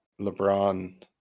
LeBron